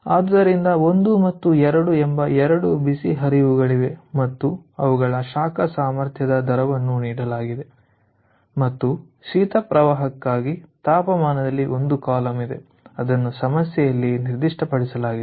ಆದ್ದರಿಂದ 1 ಮತ್ತು 2 ಎಂಬ 2 ಬಿಸಿ ಹರಿವುಗಳಿವೆ ಮತ್ತು ಅವುಗಳ ಶಾಖ ಸಾಮರ್ಥ್ಯದ ದರವನ್ನು ನೀಡಲಾಗಿವೆ ಮತ್ತು ಶೀತ ಪ್ರವಾಹಕ್ಕಾಗಿ ತಾಪಮಾನದಲ್ಲಿ ಒಂದು ಕಾಲಮ್ ಇದೆ ಅದನ್ನು ಸಮಸ್ಯೆಯಲ್ಲಿ ನಿರ್ದಿಷ್ಟಪಡಿಸಲಾಗಿದೆ